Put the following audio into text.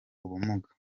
ubumuga